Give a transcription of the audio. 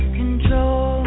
control